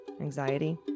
anxiety